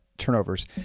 Turnovers